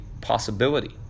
possibility